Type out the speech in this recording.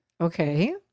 Okay